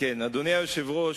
אדוני היושב-ראש,